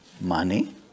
Money